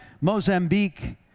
Mozambique